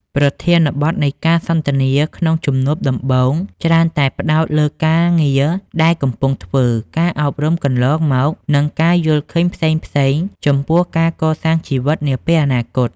ប្រធានបទនៃការសន្ទនាក្នុងជំនួបដំបូងច្រើនតែផ្ដោតលើការងារដែលកំពុងធ្វើ ការអប់រំកន្លងមក និងការយល់ឃើញផ្សេងៗចំពោះការកសាងជីវិតនាពេលអនាគត។